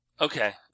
Okay